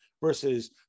versus